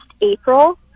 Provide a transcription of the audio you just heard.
April